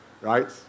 Right